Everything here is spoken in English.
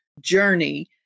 journey